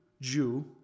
Jew